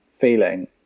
feeling